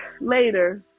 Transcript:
Later